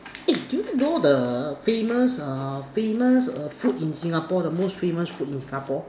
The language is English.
eh do you know the famous err famous err food in Singapore the most famous food in Singapore